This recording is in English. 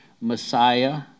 Messiah